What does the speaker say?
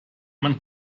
man